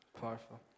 Powerful